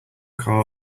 car